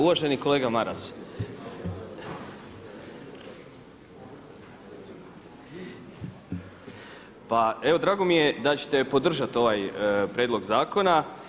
Uvaženi kolega Maras, pa evo drago mi je da ćete podržati ovaj prijedlog zakona.